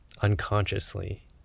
unconsciously